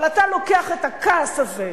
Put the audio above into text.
אבל אתה לוקח את הכעס הזה,